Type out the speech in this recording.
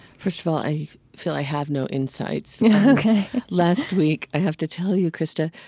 first of all, i feel i have no insights ok last week, i have to tell you, krista,